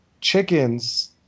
Chickens